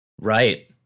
Right